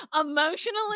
Emotionally